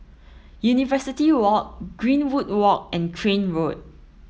University Walk Greenwood Walk and Crane Road